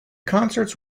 concerts